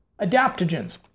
adaptogens